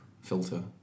filter